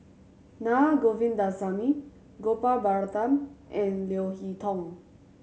Na Govindasamy Gopal Baratham and Leo Hee Tong